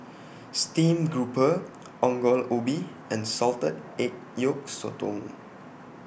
Steamed Grouper Ongol Ubi and Salted Egg Yolk Sotong